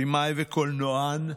במאי וקולנוען,